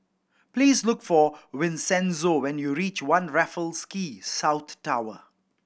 please look for Vincenzo when you reach One Raffles Quay South Tower